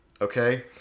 okay